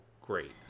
great